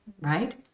right